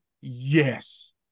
Yes